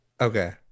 Okay